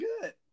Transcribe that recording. good